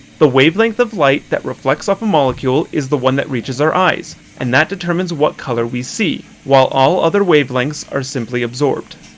the wavelength of light that reflects off a molecule is the one that reaches our eyes and that determines what colour we see while all other wavelengths are simply absorbed.